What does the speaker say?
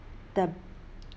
the